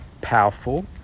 Powerful